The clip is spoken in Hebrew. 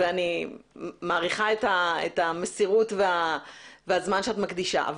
אני מעריכה את המסירות והזמן שאת מקדישה.